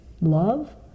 love